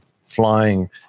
flying